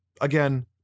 Again